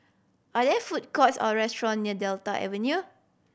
are there food courts or restaurant near Delta Avenue